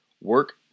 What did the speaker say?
Work